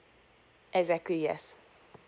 exactly yes